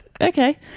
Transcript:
Okay